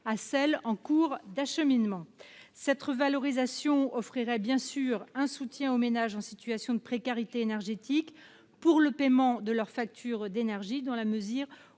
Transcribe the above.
de celle en cours d'acheminement. Cette revalorisation offrirait un soutien aux ménages en situation de précarité énergétique pour le paiement de leurs factures d'énergie, dans la mesure